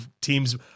team's